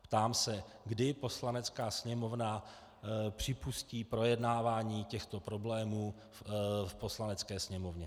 Ptám se, kdy Poslanecká sněmovna připustí projednávání těchto problémů v Poslanecké sněmovně?